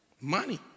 Money